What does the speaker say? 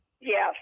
Yes